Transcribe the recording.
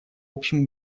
общем